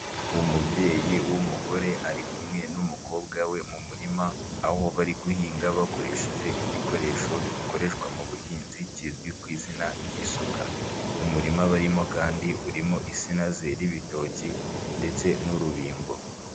Umubyeyi w'umugore ari kumwe n'umukobwa we mu murima, aho bari guhinga bakoresheje igikoresho gikoreshwa mu buhinzi kizwi ku izina ry'isuka. Umurima barimo kandi urimo insina zera ibitoki ndetse n'urubingo.